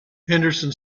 henderson